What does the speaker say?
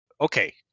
Okay